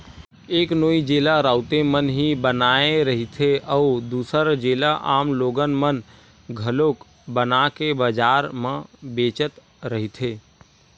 एक नोई जेला राउते मन ही बनाए रहिथे, अउ दूसर जेला आम लोगन मन घलोक बनाके बजार म बेचत रहिथे